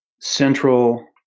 central